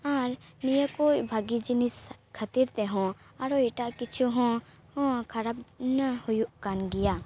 ᱟᱨ ᱱᱤᱭᱟᱹ ᱠᱚ ᱵᱷᱟᱜᱮ ᱡᱤᱱᱤᱥ ᱠᱷᱟᱹᱛᱤᱨ ᱛᱮᱦᱚᱸ ᱟᱨᱚ ᱮᱴᱟᱜ ᱠᱤᱪᱷᱩ ᱦᱚᱸ ᱦᱚᱸ ᱠᱷᱟᱨᱟᱯ ᱢᱟ ᱦᱩᱭᱩᱜ ᱠᱟᱱ ᱜᱮᱭᱟ